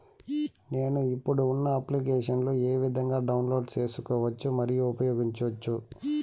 నేను, ఇప్పుడు ఉన్న అప్లికేషన్లు ఏ విధంగా డౌన్లోడ్ సేసుకోవచ్చు మరియు ఉపయోగించొచ్చు?